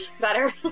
Better